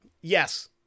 Yes